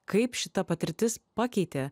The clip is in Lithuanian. kaip šita patirtis pakeitė